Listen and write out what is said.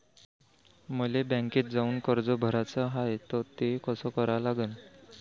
मले बँकेत जाऊन कर्ज भराच हाय त ते कस करा लागन?